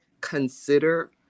consider